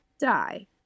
die